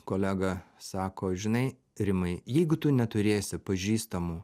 kolega sako žinai rimai jeigu tu neturėsi pažįstamų